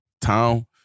town